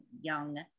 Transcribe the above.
young